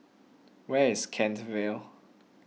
where is Kent Vale